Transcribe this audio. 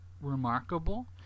remarkable